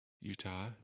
Utah